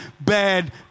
bad